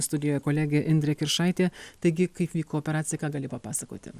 studijoje kolegė indrė kiršaitė taigi kaip vyko operacija ką gali papasakoti